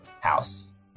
house